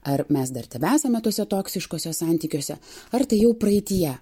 ar mes dar tebesame tuose toksiškose santykiuose ar tai jau praeityje